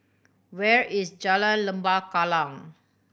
where is Jalan Lembah Kallang